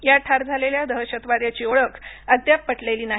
या ठार झालेल्या दहशतवाद्याची ओळख अद्याप पटलेली नाही